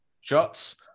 shots